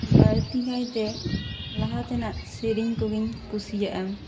ᱵᱟᱹᱲᱛᱤ ᱠᱟᱭᱛᱮ ᱞᱟᱦᱟ ᱛᱮᱱᱟᱜ ᱥᱮᱨᱮᱧ ᱠᱚᱜᱮᱧ ᱠᱩᱥᱤᱭᱟᱜᱼᱟ